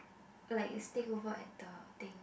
like stay over at the thing